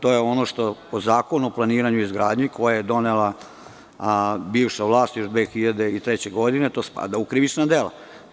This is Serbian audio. To je ono što po Zakonu o planiranju i izgradnji, koji je donela bivša vlast još 2003. godine, spada u krivično delo.